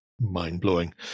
mind-blowing